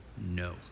No